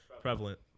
prevalent